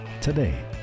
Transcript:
today